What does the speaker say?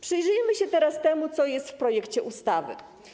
Przyjrzymy się teraz temu, co jest w projekcie ustawy.